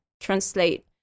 translate